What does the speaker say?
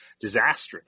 disastrous